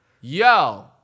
Yo